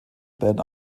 ben